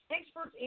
Experts